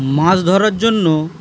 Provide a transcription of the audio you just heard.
মাছ ধরার জন্য